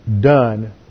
done